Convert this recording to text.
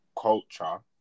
culture